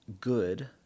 good